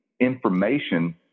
information